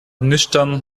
nüchtern